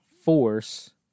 force